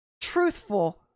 truthful